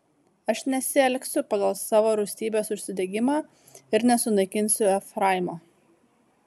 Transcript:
aš nesielgsiu pagal savo rūstybės užsidegimą ir nesunaikinsiu efraimo